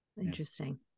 Interesting